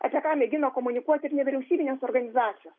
apie ką mėgino komunikuoti ir nevyriausybinės organizacijos